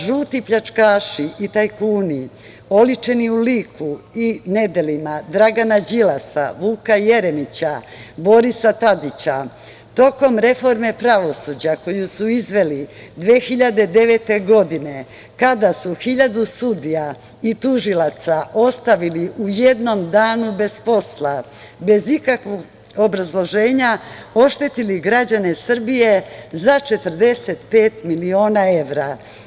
Žuti pljačkaši i tajkuni, oličeni u liku i nedelima Dragana Đilasa, Vuka Jeremića, Borisa Tadića, tokom reforme pravosuđa koju su izneli 2009. godine, kada su hiljadu sudija i tužilaca ostavili u jednom danu bez posla, bez ikakvog obrazloženja, oštetili građane Srbije za 45 miliona evra.